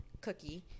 cookie